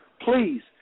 please